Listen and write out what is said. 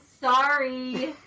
sorry